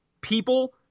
People